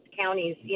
counties